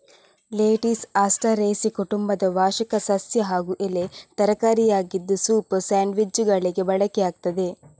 lettuce Asteraceae ಕುಟುಂಬದ ವಾರ್ಷಿಕ ಸಸ್ಯ ಹಾಗೂ ಎಲೆ ತರಕಾರಿಯಾಗಿದ್ದು ಸೂಪ್, ಸ್ಯಾಂಡ್ವಿಚ್ಚುಗಳಿಗೆ ಬಳಕೆಯಾಗ್ತದೆ